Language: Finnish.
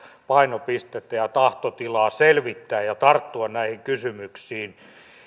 painopistettä ja tahtotilaa selvittää asiaa ja tarttua näihin kysymyksiin